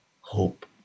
hope